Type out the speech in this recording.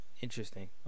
Interesting